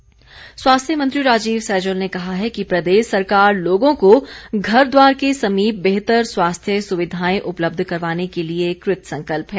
सैजल स्वास्थ्य मंत्री राजीव सैजल ने कहा है कि प्रदेश सरकार लोगों को घर द्वार के समीप बेहतर स्वास्थ्य सुविधाएं उपलब्ध करवाने के लिए कृत संकल्प है